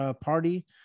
party